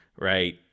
right